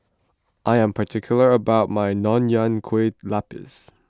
I am particular about my Nonya Kueh Lapis